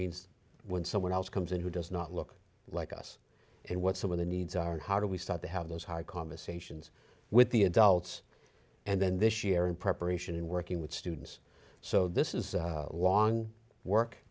means when someone else comes in who does not look like us and what some of the needs are and how do we start to have those hard conversations with the adults and then this year in preparation and working with students so this is long work